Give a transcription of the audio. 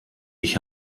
ich